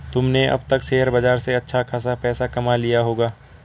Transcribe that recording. तुमने अब तक शेयर बाजार से अच्छा खासा पैसा कमा लिया होगा